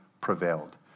prevailed